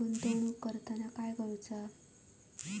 गुंतवणूक करताना काय करुचा?